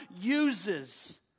uses